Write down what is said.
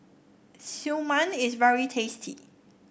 Siew Mai is very tasty